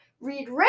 Read